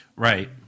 Right